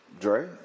Dre